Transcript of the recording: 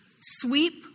sweep